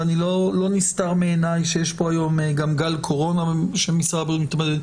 לא נסתר בעיניי שיש פה היום גם גל קורונה שמשרד הבריאות מתמודד.